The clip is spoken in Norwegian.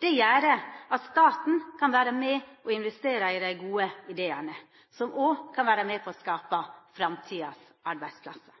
Det gjer at staten kan vera med og investera i dei gode idéane, som òg kan vera med og skapa framtidas arbeidsplassar.